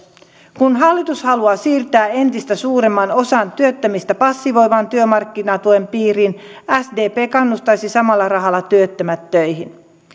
kun hallitus haluaa siirtää entistä suuremman osan työttömistä passivoivan työmarkkinatuen piiriin sdp kannustaisi samalla rahalla työttömät töihin